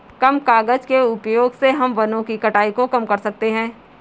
कम कागज़ के उपयोग से हम वनो की कटाई को कम कर सकते है